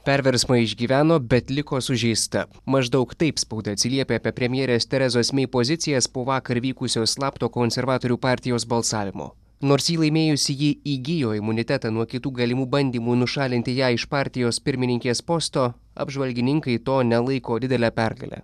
perversmą išgyveno bet liko sužeista maždaug taip spauda atsiliepia apie premjerės terezos mei pozicijas po vakar vykusio slapto konservatorių partijos balsavimo nors jį laimėjus ji įgijo imunitetą nuo kitų galimų bandymų nušalinti ją iš partijos pirmininkės posto apžvalgininkai to nelaiko didele pergale